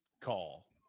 call